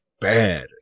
bad